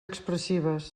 expressives